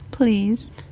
Please